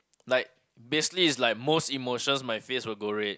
like basically is like most emotions my face will go red